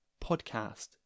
podcast